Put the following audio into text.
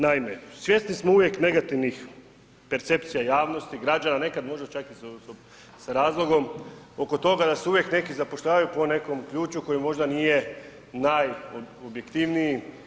Naime, svjesni smo uvijek negativnih percepcija javnosti, građana, nekad možda čak i s razlogom, oko toga da se uvijek neki zapošljavanju po nekom ključu koji možda nije najobjektivniji.